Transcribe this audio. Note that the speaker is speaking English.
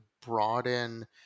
broaden